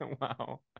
Wow